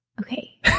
Okay